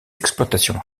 exploitation